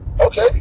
Okay